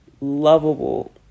lovable